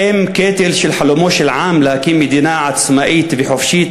האם קטל חלומו של עם להקים מדינה עצמאית וחופשית